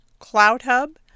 CloudHub